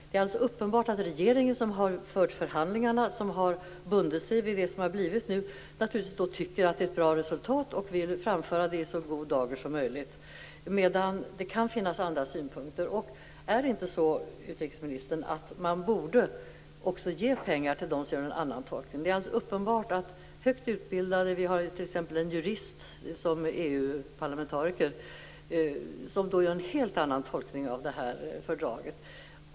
Det är alltså uppenbart att regeringen, som har fört förhandlingarna om EU-fördraget och som har bundit sig vid det som blivit, naturligtvis tycker att det är ett bra resultat och vill framföra det i en så god dager som möjligt. Men det kan finnas andra synpunkter. Är det inte så, utrikesministern, att man borde också ge pengar till dem som gör en annan tolkning? Det finns många högutbildade, t.ex. en jurist som är EU parlamentariker, som gör en helt annan tolkning av fördraget.